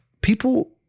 People